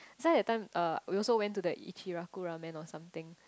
that's why that time uh we also went to the Ichiraku-Ramen or something